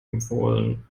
empfohlen